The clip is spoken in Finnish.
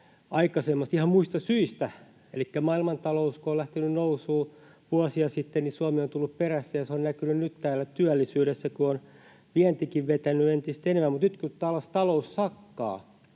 aikaisemmasta, ihan muista syistä, elikkä kun maailmantalous on lähtenyt nousuun vuosia sitten, niin Suomi on tullut perässä ja se on näkynyt nyt täällä työllisyydessä, kun on vientikin vetänyt entistä enemmän, mutta nyt, kun taas talous sakkaa,